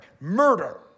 Murder